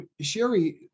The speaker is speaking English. Sherry